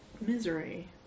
misery